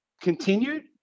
continued